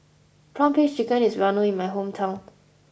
Prawn Paste Chicken is well known in my hometown